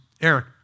Eric